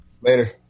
Later